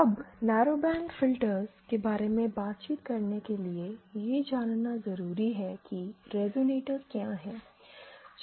अब narrowband filters के बारे में बातचीत करने के लिए यह जानना जरूरी है की रिजोनेटर्स क्या है